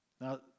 Now